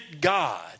God